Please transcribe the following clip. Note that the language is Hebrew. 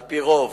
על-פי רוב,